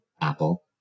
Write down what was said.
Apple